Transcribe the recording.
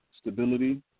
stability